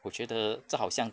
我觉得这好像